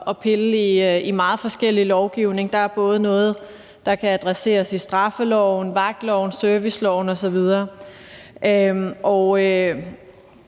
at pille i meget forskellig lovgivning. Der er både noget, der kan adresseres i straffeloven, vagtloven, serviceloven osv.